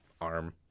arm